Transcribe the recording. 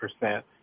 percent